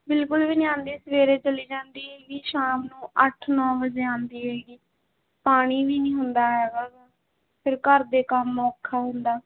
ਬਿਲਕੁਲ ਵੀ ਨਹੀਂ ਆਉਂਦੀ ਸਵੇਰੇ ਚਲੀ ਜਾਂਦੀ ਹੈਗੀ ਸ਼ਾਮ ਨੂੰ ਅੱਠ ਨੌਂ ਵਜੇ ਆਉਂਦੀ ਹੈਗੀ ਪਾਣੀ ਵੀ ਨਹੀਂ ਹੁੰਦਾ ਹੈਗਾ ਗਾ ਫਿਰ ਘਰ ਦੇ ਕੰਮ ਔਖਾ ਹੁੰਦਾ